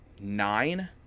nine